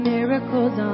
miracles